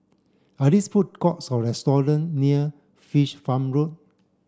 are these food courts or restaurant near Fish Farm Road